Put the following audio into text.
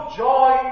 joy